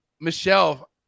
Michelle